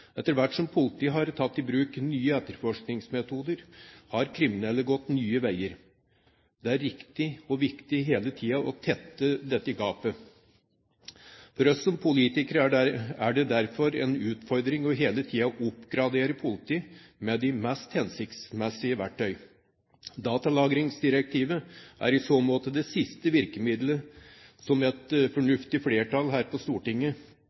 Etter hvert som politiet har tatt i bruk nye etterforskningsmetoder, har kriminelle gått nye veier. Det er riktig – og viktig – hele tiden å tette dette gapet. For oss som politikere er det derfor en utfordring hele tiden å oppgradere politiet med de mest hensiktsmessige verktøyene. Datalagringsdirektivet er i så måte det siste virkemidlet et fornuftig flertall her på Stortinget